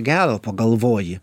gero pagalvoji